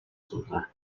суулаа